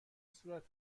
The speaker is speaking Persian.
صورت